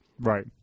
Right